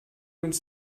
uns